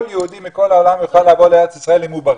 יהודי מכל העולם יוכל לבוא לארץ ישראל אם הוא בריא.